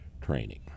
training